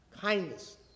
kindness